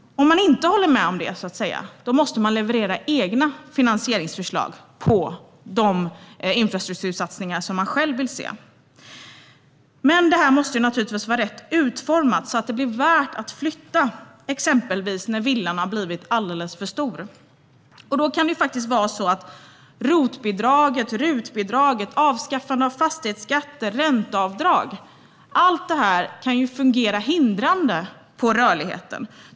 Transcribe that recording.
Om man inte håller med om detta måste man leverera egna finansieringsförslag på de infrastruktursatsningar som man själv vill se. Allt detta behöver dock vara rätt utformat så att det blir värt att flytta när exempelvis villan blivit alldeles för stor. Då kan ROT och RUT-bidrag och avskaffade fastighetsskatter och ränteavdrag fungera hindrande för rörligheten.